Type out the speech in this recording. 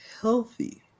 healthy